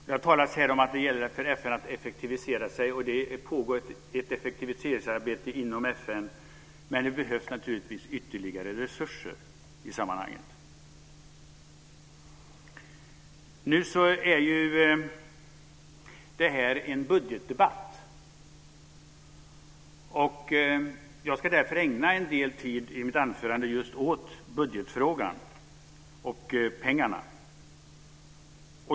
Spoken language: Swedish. Det har talats om att FN måste effektiviseras, och det pågår ett effektiviseringsarbete inom FN, men det behövs naturligtvis ytterligare resurser. Det här är en budgetdebatt. Jag ska därför ägna en del tid av mitt anförande åt budgetfrågor och pengarna.